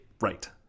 Right